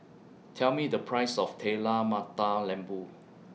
Tell Me The Price of Telur Mata Lembu